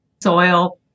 soil